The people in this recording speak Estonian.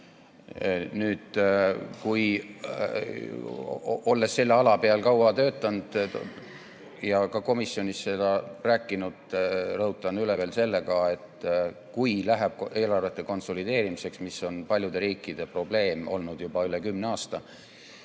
ränk. Olles selle ala peal kaua töötanud, olen ka komisjonis rääkinud, aga rõhutan veel üle, et kui läheb eelarvete konsolideerimiseks, mis on paljude riikide probleem olnud juba üle kümne aasta,